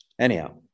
anyhow